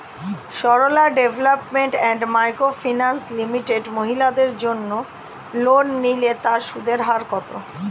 Sarala development and micro finance limited মহিলাদের জন্য loan নিলে তার সুদের হার কত?